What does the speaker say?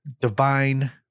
divine